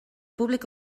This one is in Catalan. públic